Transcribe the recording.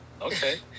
Okay